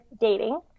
dating